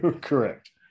Correct